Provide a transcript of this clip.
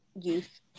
youth